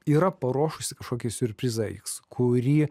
yra paruošusi kažkokį siurprizą iks kurį